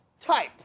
type